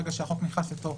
מהרגע שהחוק נכנס לתוקף,